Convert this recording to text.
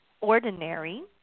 ordinary